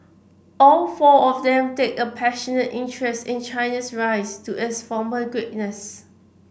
all four of them take a passionate interest in Chinese rise to its former greatness